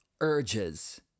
urges